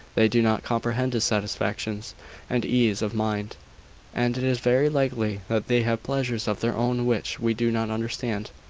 they do not comprehend his satisfactions and ease of mind and it is very likely that they have pleasures of their own which we do not understand.